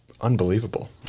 unbelievable